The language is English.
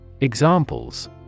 Examples